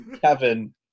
Kevin